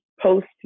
post